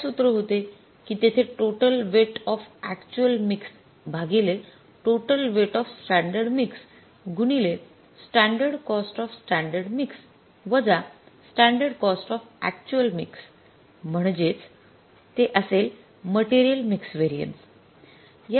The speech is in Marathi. असे काय सूत्र होते की तेथे total weight of actual mix भागीले total weight of standard mix गुनीले standard cost of standard mix वजा standard cost of actual mix म्हणजेच ते असेल मटेरियल मिक्स व्हेरिएन्स